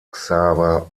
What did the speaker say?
xaver